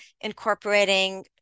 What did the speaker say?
incorporating